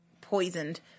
poisoned